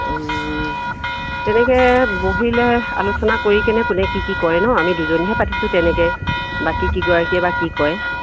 তেনেকে বহিলে আলোচনা কৰি কেনে কোনে কি কি কৰে ন আমি দুজনীয়েহে পাতিছোঁ তেনেকৈ বাকী কিগৰাকীয়ে বা কি কয়